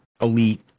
elite